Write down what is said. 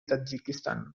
tadjikistan